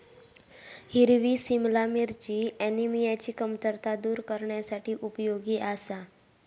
हिरवी सिमला मिरची ऍनिमियाची कमतरता दूर करण्यासाठी उपयोगी आसा